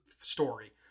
story